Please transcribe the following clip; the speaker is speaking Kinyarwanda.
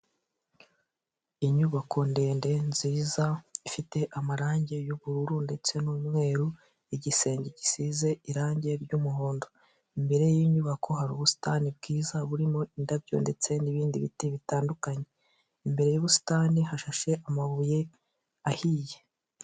Inyubako ndende nziza ifite amarangi y'ubururu ndetse n'umweru, igisenge gisize irangi ry'umuhondo imbere y'inyubako hari ubusitani bwiza burimo indabyo ndetse n'ibindi biti bitandukanye imbere y,ubusitani hashashe amabuye ahiye.